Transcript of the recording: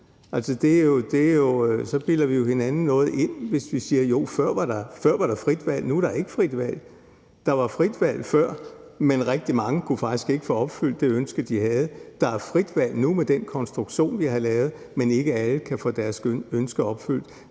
så bilder vi jo hinanden noget ind, hvis vi siger: Jo, før var der frit valg, og nu er der ikke frit valg. Der var frit valg før, men rigtig mange kunne faktisk ikke få opfyldt det ønske, de havde. Der er frit valg nu med den konstruktion, vi har lavet, men ikke alle kan få deres ønsker opfyldt.